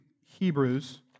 Hebrews